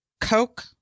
Coke